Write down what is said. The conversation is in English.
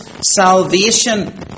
salvation